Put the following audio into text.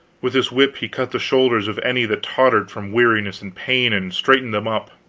with this whip he cut the shoulders of any that tottered from weariness and pain, and straightened them up.